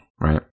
right